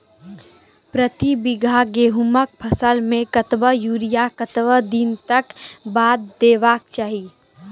प्रति बीघा गेहूँमक फसल मे कतबा यूरिया कतवा दिनऽक बाद देवाक चाही?